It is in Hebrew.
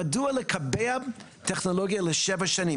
מדוע לקבע טכנולוגיה לשבע שנים?